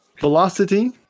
Velocity